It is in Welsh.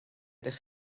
ydych